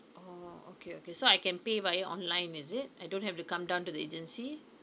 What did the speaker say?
oh okay okay so I can pay via online is it I don't have to come down to the agency